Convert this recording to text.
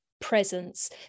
presence